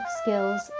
skills